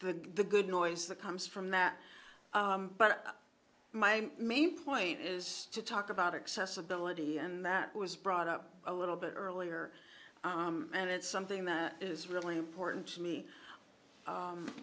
the good noise that comes from that but my main point is to talk about accessibility and that was brought up a little bit earlier and it's something that is really important to me